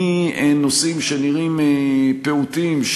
מנושאים שנראים פעוטים,